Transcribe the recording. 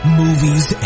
movies